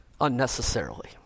unnecessarily